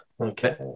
okay